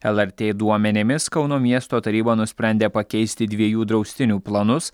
lrt duomenimis kauno miesto taryba nusprendė pakeisti dviejų draustinių planus